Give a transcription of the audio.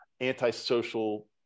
antisocial